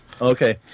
Okay